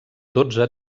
dotze